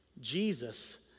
Jesus